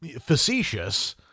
facetious